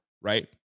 right